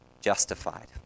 justified